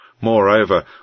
Moreover